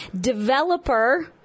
developer